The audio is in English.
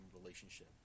relationship